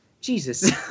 Jesus